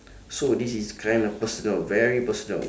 so this is kinda personal very personal